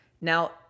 Now